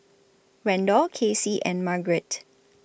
Randall Casey and Margaret